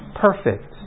perfect